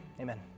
Amen